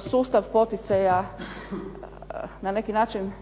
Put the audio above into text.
sustav poticaja na neki način